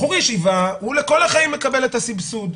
בחור ישיבה הוא לכל החיים מקבל את הסבסוד,